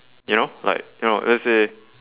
you know like you know let's say